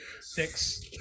Six